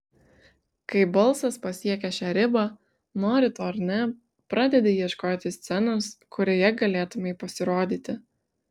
kai balsas pasiekia šią ribą nori to ar ne pradedi ieškoti scenos kurioje galėtumei pasirodyti